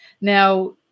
Now